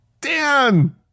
Dan